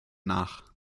nach